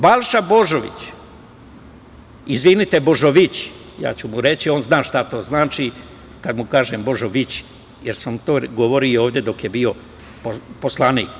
Balša Božović, izvinite, Božovići, ja ću mu reći, a on zna šta to znači kada mu kažem Božovići, jer sam mu to govorio ovde dok je bio poslanik.